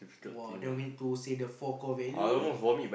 !wah! then we need to say the four core value